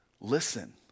listen